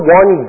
one